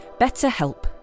BetterHelp